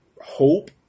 hope